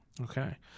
Okay